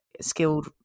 skilled